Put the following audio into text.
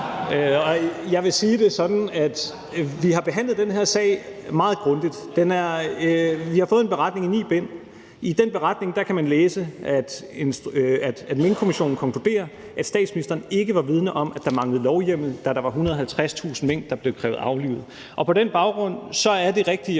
Jeg vil sige det sådan, at vi har behandlet den her sag meget grundigt. Vi har fået en beretning i ni bind. I den beretning kan man læse, at Minkkommissionen konkluderer, at statsministeren ikke var vidende om, at der manglede lovhjemmel, da der var 150.000 mink, der blev krævet aflivet. Og på den baggrund er det rigtige